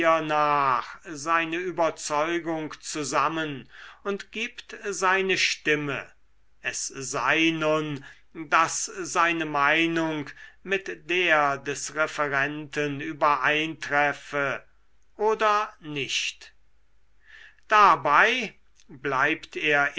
hiernach seine überzeugung zusammen und gibt seine stimme es sei nun daß seine meinung mit der des referenten übereintreffe oder nicht dabei bleibt er